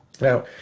Now